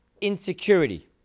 Insecurity